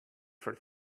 for